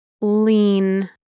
lean